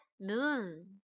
Moon